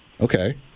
Okay